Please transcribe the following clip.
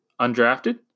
undrafted